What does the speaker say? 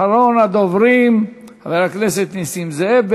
אחרון הדוברים, חבר הכנסת נסים זאב.